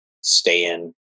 stay-in